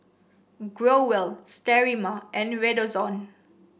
Growell Sterimar and Redoxon